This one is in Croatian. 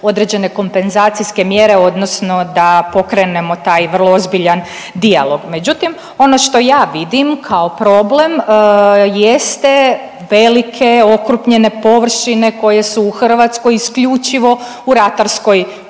određene kompenzacijske mjere odnosno da pokrenemo taj vrlo ozbiljan dijalog, međutim, ono što ja vidim kao problem jeste velike okrupnjene površine koje su u Hrvatskoj isključivo u ratarskoj,